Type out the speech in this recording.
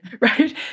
right